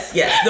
yes